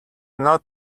not